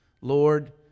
Lord